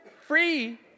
free